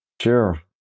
Sure